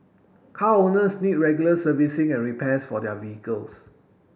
car owners need regular servicing and repairs for their vehicles